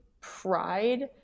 pride